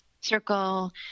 circle